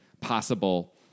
possible